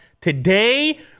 Today